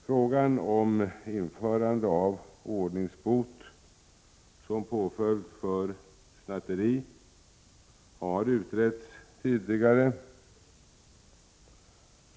Frågan om införande av ordningsbot som påföljd för snatteri har utretts tidigare.